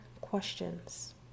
questions